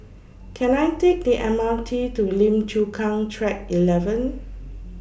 Can I Take The M R T to Lim Chu Kang Track eleven